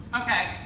Okay